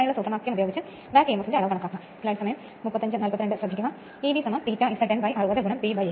സാധാരണ റണ്ണിംഗ് അവസ്ഥയിൽ 3 ബ്രഷുകൾ ഷോർട്ട് സർക്യൂട്ട് ആണ്